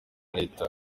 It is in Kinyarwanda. leta